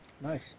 Nice